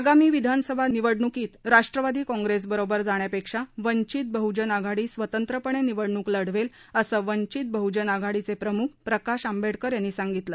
आगामी विधानसभा निवडणुकीत राष्ट्रवादी काँप्रेसबरोबर जाण्यापेक्षा वंचित बहजन आघाडी स्वतंत्रपणे निवडणुक लढवेल असं वंचित बहजन आघाडीचे प्रमुख प्रकाश आंबेडकर यांनी सांगितलं